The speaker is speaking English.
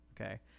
Okay